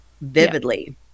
vividly